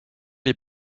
est